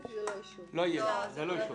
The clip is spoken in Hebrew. לא יהיה, זה לא אישור.